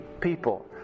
people